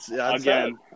Again